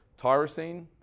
Tyrosine